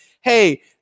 hey